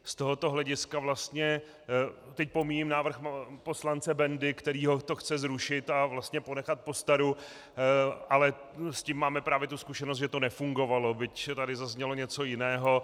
Z tohoto hlediska vlastně, teď pomíjím návrh poslance Bendy, který to chce zrušit a vlastně ponechat postaru, ale s tím máme právě tu zkušenost, že to nefungovalo, byť tady zaznělo něco jiného.